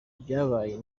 ivyabaye